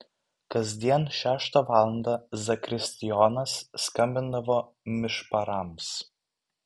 kasdien šeštą valandą zakristijonas skambindavo mišparams